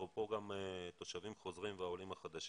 אפרופו גם תושבים חוזרים ועולים חדשים,